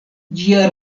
ĝia